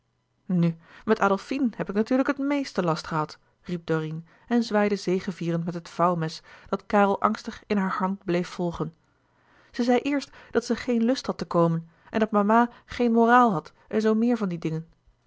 nu met adolfine heb ik natuurlijk het meeste last gehad riep dorine en zwaaide zegevierend met het vouwmes dat karel angstig in haar hand bleef volgen ze zei eerst dat ze geen lust had te komen en dat mama geen moraal had en zoo meer van die dinlouis